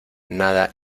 nada